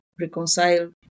reconcile